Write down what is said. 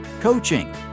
coaching